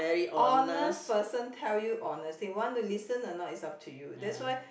honest person tell you honestly want to listen or not is up to you that's why